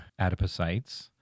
adipocytes